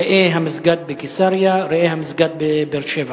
ראה המסגד בקיסריה, ראה המסגד בבאר-שבע.